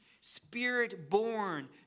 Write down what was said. spirit-born